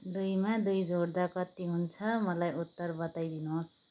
दुईमा दुई जोड्दा कति हुन्छ मलाई उत्तर बताइदिनुहोस्